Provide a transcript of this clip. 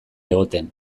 egoten